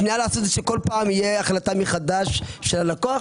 שכל פעם תהיה החלטה מחדש של הלקוח?